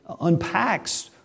unpacks